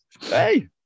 Hey